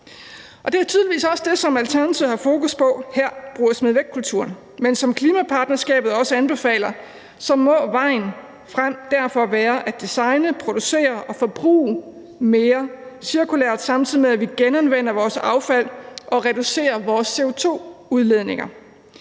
Det er tydeligvis også det, som Alternativet har fokus på her, altså brug og smid væk-kulturen. Men som klimapartnerskabet også anbefaler, må vejen frem derfor være at designe, producere og forbruge mere cirkulært, samtidig med at vi genanvender vores affald og reducerer vores CO2-udledninger.